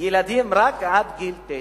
רק ילדים עד גיל שש.